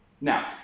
Now